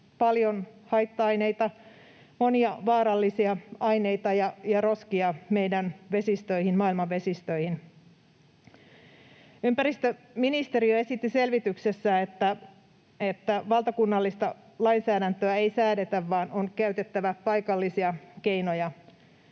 paljon haitta-aineita, monia vaarallisia aineita ja roskia meidän vesistöihin, maailman vesistöihin. Ympäristöministeriö esitti selvityksessään, että valtakunnallista lainsäädäntöä ei säädetä vaan on käytettävä paikallisia keinoja.